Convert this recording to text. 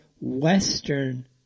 western